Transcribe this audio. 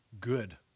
good